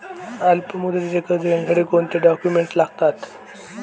अल्पमुदतीचे कर्ज घेण्यासाठी कोणते डॉक्युमेंट्स लागतात?